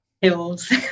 hills